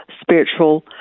spiritual